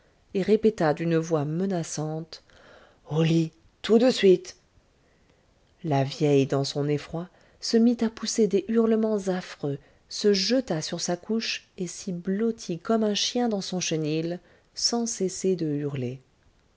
et répéta d'une voix menaçante au lit tout de suite la vieille dans son effroi se mit à pousser des hurlements affreux se jeta sur sa couche et s'y blottit comme un chien dans son chenil sans cesser de hurler